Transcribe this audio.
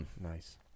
Nice